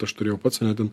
aš turėjau pats ane ten